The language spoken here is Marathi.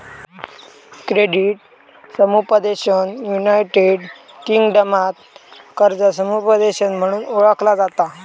क्रेडिट समुपदेशन युनायटेड किंगडमात कर्जा समुपदेशन म्हणून ओळखला जाता